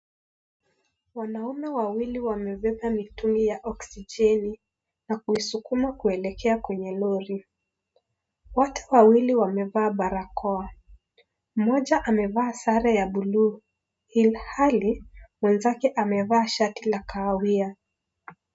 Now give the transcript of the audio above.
Wanaume wawili wamebeba mitungi ya oksijeni, na kuisukuma kuelekea kwenye lori. Wote wawili wamevaa barakoa. Mmoja amevaa sare ya bluu, ilhali mwenzake amevaa shati la kahawia.